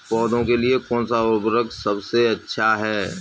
पौधों के लिए कौन सा उर्वरक सबसे अच्छा है?